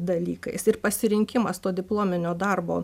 dalykais ir pasirinkimas to diplominio darbo